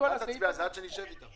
אל תצביע על זה עד שנשב איתם.